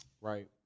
Right